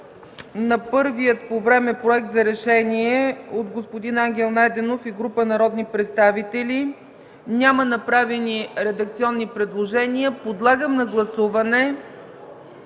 Към първия по време Проект за решение от господин Ангел Найденов и група народни представители няма направени редакционни предложения. Подлагам на гласуване